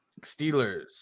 Steelers